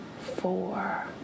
four